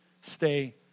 stay